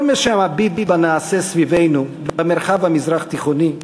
כל מי שמביט בנעשה סביבנו, במרחב המזרח-תיכוני,